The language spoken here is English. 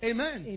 Amen